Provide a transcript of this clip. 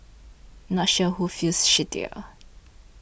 not sure who feels shittier